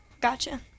gotcha